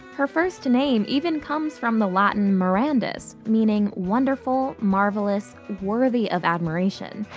her first name even comes from the latin mirandus, meaning wonderful, marvelous, worthy of admiration.